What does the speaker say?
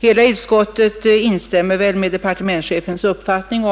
Hela utskottet instämmer väl i departementschefens uppfattning